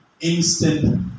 Instant